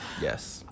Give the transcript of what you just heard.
Yes